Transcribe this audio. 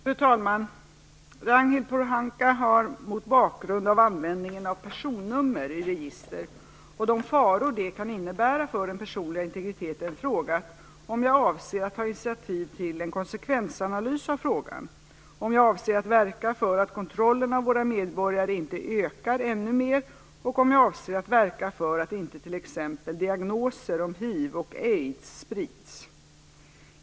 Fru talman! Ragnhild Pohanka har mot bakgrund av användningen av personnummer i register och de faror det kan innebära för den personliga integriteten frågat om jag avser att ta initiativ till en konsekvensanalys av frågan, om jag avser att verka för att kontrollen av våra medborgare inte ökar ännu mer och om jag avser att verka för att inte t.ex. diagnoser om hiv eller aids sprids.